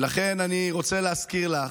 ולכן אני רוצה להזכיר לך,